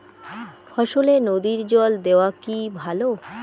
ফসলে নদীর জল দেওয়া কি ভাল?